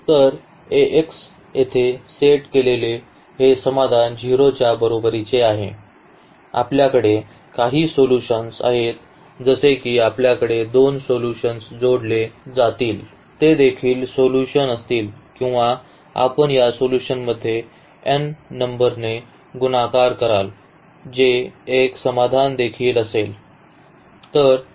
तर Ax येथे set केलेले हे समाधान 0 च्या बरोबरीचे आहे आपल्याकडे काही सोल्युशन्स आहेत जसे की आपल्याकडे दोन सोल्यूशन जोडले जातील ते देखील सोल्यूशन असतील किंवा आपण या सोल्यूशनमध्ये n नंबरने गुणाकार कराल जे एक समाधान देखील असेल